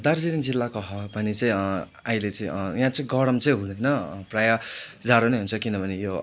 दार्जिलिङ जिल्लाको हावा पानी चाहिँ आले चाहिँ याँ चाहिँ गरम चाहिँ हुँदैन प्राय जाडो नै हुन्छ किनभने यो